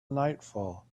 nightfall